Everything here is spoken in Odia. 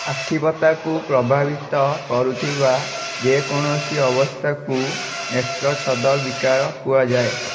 ଆଖିପତାକୁ ପ୍ରଭାବିତ କରୁଥିବା ଯେକୌଣସି ଅବସ୍ଥାକୁ ନେତ୍ରଚ୍ଛଦ ବିକାର କୁହାଯାଏ